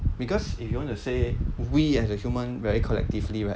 because if you want to say we as a human very collectively right